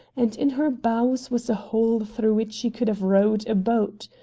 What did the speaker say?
and in her bows was a hole through which you could have rowed a boat.